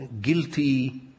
guilty